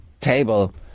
table